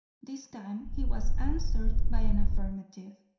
this time he was answered by an affirmative,